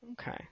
Okay